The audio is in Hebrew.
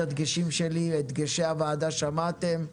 את דגשי הוועדה שמעתם.